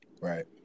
Right